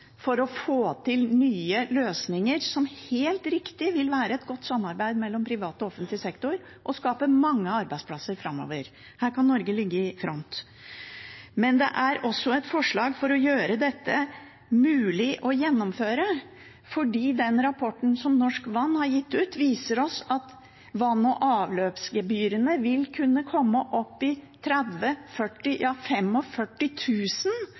for å få til nye løsninger som helt riktig vil kunne være et godt samarbeid mellom privat og offentlig sektor og skape mange arbeidsplasser framover. Her kan Norge ligge i front. Det er også et forslag for å gjøre dette mulig å gjennomføre. Den rapporten som Norsk Vann har gitt ut, viser at vann- og avløpsgebyrene vil kunne komme opp i 30 000 kr, 40